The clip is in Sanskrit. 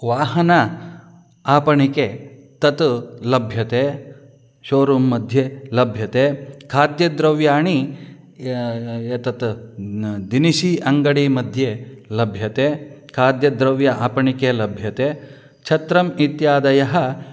वाहनम् आपणे तत् लभ्यते शोरूम् मध्ये लभ्यते खाद्यद्रव्याणि एतत् दिनिशी अङ्गडी मध्ये लभ्यते खाद्यद्रव्याणि आपणे लभ्यते छत्रम् इत्यादयः